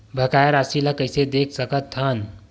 बकाया राशि ला कइसे देख सकत हान?